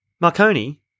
Marconi